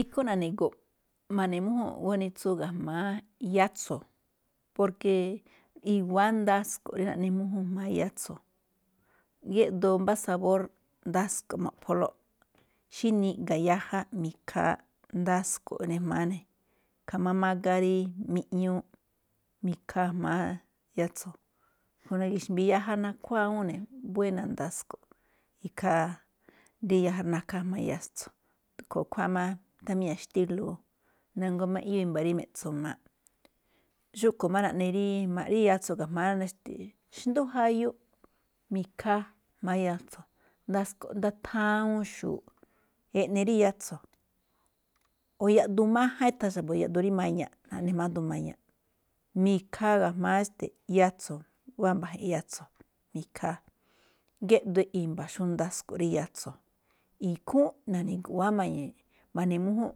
Ikhúúnꞌ na̱ni̱gu̱ꞌ ma̱ne̱ mújún ganitsu ga̱jma̱á yatso̱, porke i̱wa̱á ndasko̱ꞌ rí naꞌne múj́úun jma̱á yatso̱, geꞌdoo mbá sabór, ndasko̱ꞌ ma̱ꞌpholóꞌ, xí niꞌga̱ yaja mi̱khaa, ndasko̱ꞌ ne̱ jma̱á ne̱, i̱kha̱a̱ máꞌ mágá rí miꞌñuu mi̱khaa jma̱á yatso̱, a̱ꞌkhue̱n na̱gi̱xmbi̱i̱ yaja nakhuáa awúun ne̱ buéna̱ ndasko̱ꞌ ne̱, ikhaa ri yaja nakhaa jma̱á yatso̱, a̱ꞌkhue̱n ikhuáa máꞌ, tháan míña̱ xtílo̱ꞌ, na̱nguá máꞌ eꞌyóo rí me̱ꞌtso maaꞌ. Xúꞌkhue̱n máꞌ jaꞌnii yatso̱ jma̱á xndú jayu mi̱khaa jma̱á yatso̱, ndasko̱ꞌ ndaa thawuun xu̱u̱ꞌ eꞌne rí yatso̱. O yaꞌduun máján ithan xa̱bo̱ yaꞌduun rí maña̱ꞌ, ma̱ꞌne jma̱á duun rí maña̱ꞌ, mi̱khaa ga̱jma̱á stee yatso̱, wáa mba̱je̱ꞌ yatso̱, mi̱khaa. Geꞌdoo i̱mba̱ xó ndasko̱ꞌ rí yatso̱, ikhúúnꞌ i̱wa̱á na̱ni̱gu̱ꞌ ma̱ne mújúnꞌ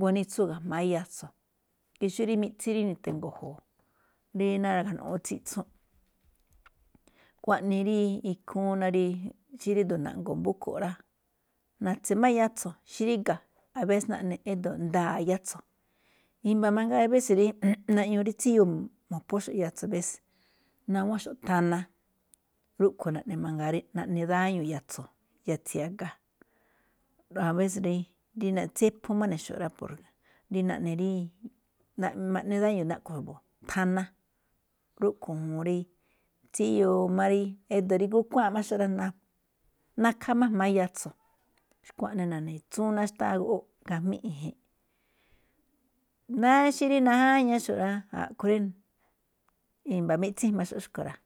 gunitsu ga̱jma̱á yatso̱, ke xó rí miꞌtsín nitango̱jo̱o̱ rí ná awúun tsíꞌtsún. Xkuaꞌnii rí ikhúúnꞌ ná rí xí rí ído̱ naꞌngo̱o̱ mbúkho̱ꞌ rá, na̱tse̱ má yatso̱ xí ríga̱, abese naꞌne ído̱ nda̱a̱ yatso̱. I̱mba̱ mangaa abése̱ rí naꞌñuu rí tsíyoo mo̱phóxo̱ꞌ yatso abése. Nawánxo̱ꞌ thana, rúꞌkhue̱n naꞌne mangaa naꞌne daño yatso̱, yatsi̱i̱ a̱ga, abése̱ rí tsíphó máne̱xo̱ꞌ rá, porke rí naꞌne rí, naꞌne ma̱ꞌne daño naꞌpho̱ xa̱bo̱ thana. Rúꞌkhue̱n juun rí tsíyoo má rí, ído̱ rí gúkuáanꞌ máꞌ xo̱ꞌ rá, nakhaa máꞌ jma̱á yastso̱, xkuaꞌnii na̱ne̱ ikhúúnꞌ ná xtáá goꞌwóꞌ gajmí. Náá xí rí najáñaxo̱ꞌ rá, a̱ꞌkhue̱n rí i̱mba̱ miꞌtsín ijmaxo̱ꞌ xúꞌkhue̱n rá.